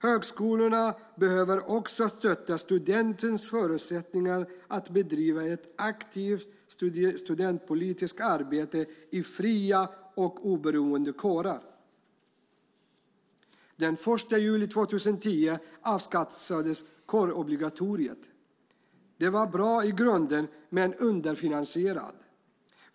Högskolorna behöver också stötta studentens förutsättningar att bedriva ett aktivt studentpolitiskt arbete i fria och oberoende kårer. Den 1 juli 2010 avskaffades kårobligatoriet. Det var bra i grunden men underfinansierat.